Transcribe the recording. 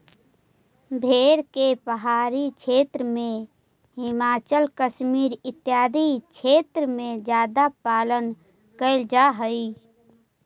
भेड़ के पहाड़ी क्षेत्र में, हिमाचल, कश्मीर आदि क्षेत्र में ज्यादा पालन कैल जा हइ